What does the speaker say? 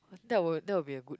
that would that would be a good